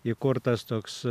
įkurtas toks